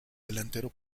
delantero